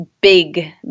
big